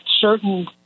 certain